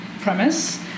premise